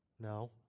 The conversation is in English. No